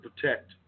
protect